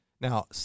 now